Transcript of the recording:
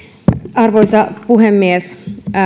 arvoisa puhemies